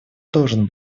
должен